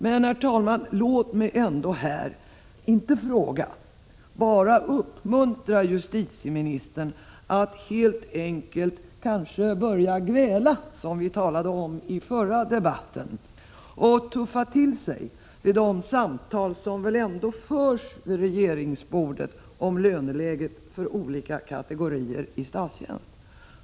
Men, herr talman, låt mig ändå här inte fråga, utan bara uppmuntra justitieministern att kanske börja gräla, som vi talade om i den förra debatten, och tuffa till sig vid de samtal som väl ändå förs vid regeringsbordet om löneläget för olika kategorier i statstjänst.